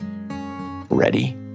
Ready